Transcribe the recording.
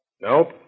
Nope